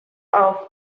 auf